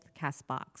CastBox